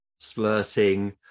splurting